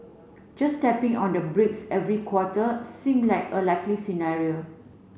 just tapping on the brakes every quarter seem like a likely scenario